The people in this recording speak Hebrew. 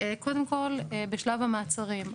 קודם כול בשלב המעצרים,